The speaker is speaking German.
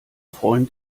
freund